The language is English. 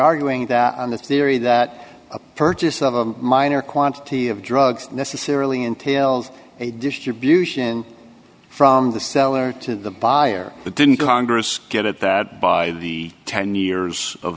arguing that on the theory that a purchase of a minor quantity of drugs necessarily entails a distribution from the seller to the buyer but didn't congress get at that by the ten years of